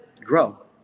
grow